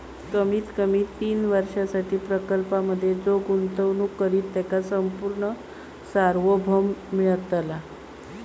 कमीत कमी तीन वर्षांसाठी प्रकल्पांमधे जो गुंतवणूक करित त्याका संपूर्ण सार्वभौम मिळतला